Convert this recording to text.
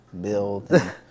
build